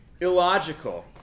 illogical